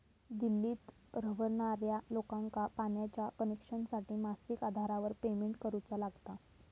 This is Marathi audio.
दिल्लीत रव्हणार्या लोकांका पाण्याच्या कनेक्शनसाठी मासिक आधारावर पेमेंट करुचा लागता